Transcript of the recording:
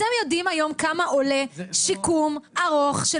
אתם יודעים היום כמה עולה שיקום ארוך של